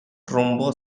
rumbo